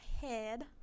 head